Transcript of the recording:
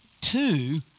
two